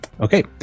okay